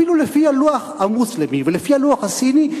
אפילו לפי הלוח המוסלמי ולפי הלוח הסיני,